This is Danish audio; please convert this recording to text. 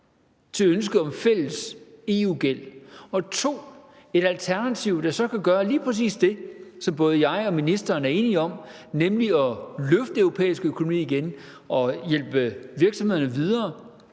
til ønsket om fælles EU gæld, og 2) et alternativ, der så kan gøre lige præcis det, som både jeg og ministeren er enige om, nemlig at løfte den europæiske økonomi igen og hjælpe virksomhederne videre.